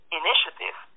initiative